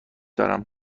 دارم